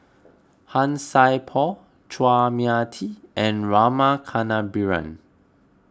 Han Sai Por Chua Mia Tee and Rama Kannabiran